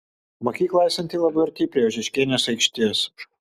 mokykla esanti labai arti prie ožeškienės aikštės